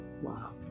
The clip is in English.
Wow